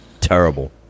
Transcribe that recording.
Terrible